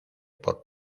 por